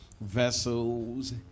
vessels